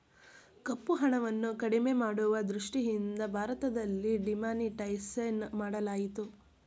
ಕಪ್ಪುಹಣವನ್ನು ಕಡಿಮೆ ಮಾಡುವ ದೃಷ್ಟಿಯಿಂದ ಭಾರತದಲ್ಲಿ ಡಿಮಾನಿಟೈಸೇಷನ್ ಮಾಡಲಾಯಿತು